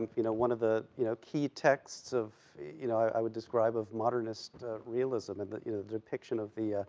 you know, one of the, you know, key texts of, you know, i would describe of modernist realism, in that, you know, the depiction of the, ah